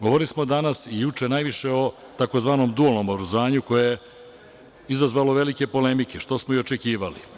Govorili smo danas i juče najviše o tzv. dualnom obrazovanju koje je izazvalo velike polemike, što smo i očekivali.